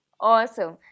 awesome